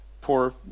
poor